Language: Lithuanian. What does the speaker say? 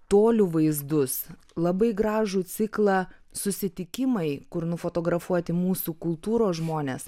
tolių vaizdus labai gražų ciklą susitikimai kur nufotografuoti mūsų kultūros žmonės